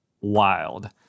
wild